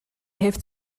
heeft